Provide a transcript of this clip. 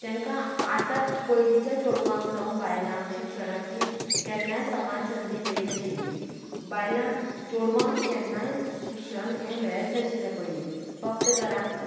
तेंकां आतां पयलीच्या चेडवांक जावं बायलांक शिक्षणाची केन्नाय समान संदी मेळ्ळी नाशिल्ली बायलांक चेडवांक केन्नाय शिक्षण हे मेळ्ळेंच नाशिल्ले पयलीं फक्त घरांत